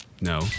No